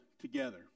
together